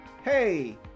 Hey